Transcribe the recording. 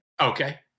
okay